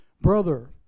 brother